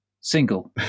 single